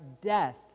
death